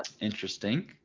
interesting